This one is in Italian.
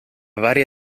varie